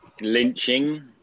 lynching